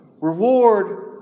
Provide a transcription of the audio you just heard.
Reward